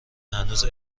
هنوز